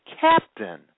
captain